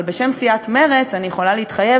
אבל בשם סיעת מרצ אני יכולה להתחייב